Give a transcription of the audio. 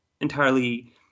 entirely